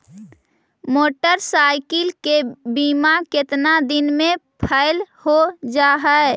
Motorcycle के बिमा केतना दिन मे फेल हो जा है?